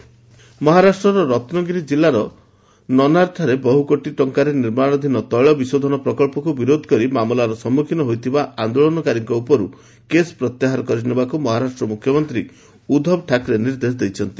Maharashtra CM case ମହାରାଷ୍ଟ୍ରରର ରତ୍ନଗିରି ଜିଲ୍ଲାର ନନାରଠାରେ ବହୁ କୋଟି ଟଙ୍କାରେ ନିର୍ମାଣାଧୀନ ତେଳ ବିଶୋଧନ ପ୍ରକଳ୍ପକୁ ବିରୋଧ କରି ମାମଲାର ସମ୍ମୁଖୀନ ହୋଇଥିବା ଆନ୍ଦୋଳନକାରୀଙ୍କ ଉପରୁ କେଶ୍ ପ୍ରତ୍ୟାହାର କରିନେବାକୁ ମହାରାଷ୍ଟ୍ର ମୁଖ୍ୟମନ୍ତ୍ରୀ ଉଦ୍ଧବ ଠାକରେ ନିର୍ଦ୍ଦେଶ ଦେଇଛନ୍ତି